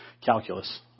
calculus